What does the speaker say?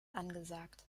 angesagt